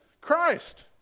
Christ